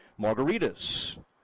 margaritas